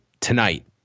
tonight